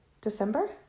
December